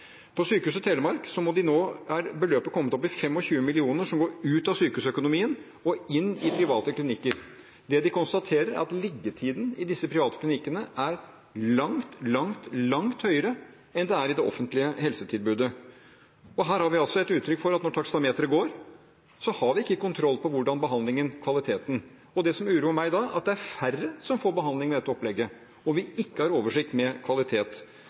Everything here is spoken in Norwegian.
Sykehuset Telemark er beløpet som går ut av sykehusøkonomien og inn i private klinikker, kommet opp i 25 mill. kr. Det de konstaterer, er at liggetiden i de private klinikkene er langt, langt lengre enn den er i det offentlige helsetilbudet. Her har vi et uttrykk for at når taksameteret går, har vi ikke kontroll over hvordan behandlingen, kvaliteten, er. Det som uroer meg da, er at det er færre som får behandling med dette opplegget, og at vi ikke har oversikt